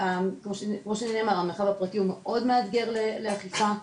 כמו שנאמר, המרחב הפרטי הוא מאוד מאתגר לאכיפה,